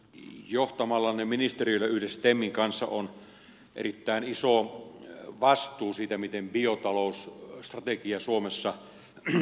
johtamallanne ministeriöllä yhdessä temin kanssa on erittäin iso vastuu siitä miten biotalousstrategia suomessa toteutuu